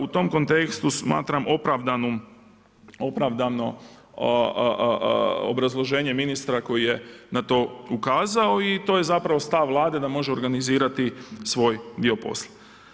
U tom kontekstu smatram opravdano obrazloženje ministra koji je na to ukazao i to je zapravo stav Vlade da može organizirati svoj dio posla.